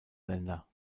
länder